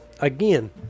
Again